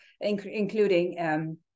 including